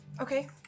Okay